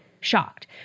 shocked